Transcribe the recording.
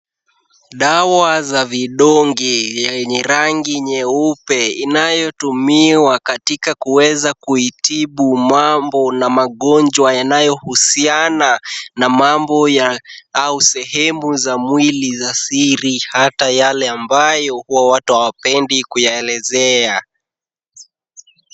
Dawa za vidonge yenye rangi nyeupe, inayotumiwa katika kuweza kuitibu mambo na magonjwa yanayohusiana na mambo ya au sehemu za mwili za siri hata yale ambayo huwa watu hawapendi kuyaelezea.